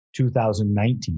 2019